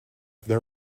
their